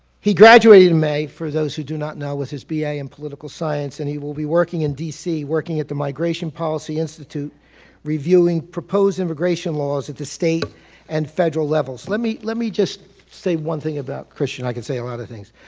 he graduated in may, for those who do not know with his b a. in political science and he will be working in d c. working at the migration policy institute reviewing proposed immigration laws at the state and federal levels. me let me just say one thing about cristian i can say a lot of things.